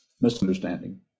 misunderstanding